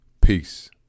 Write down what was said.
Peace